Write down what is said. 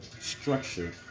structure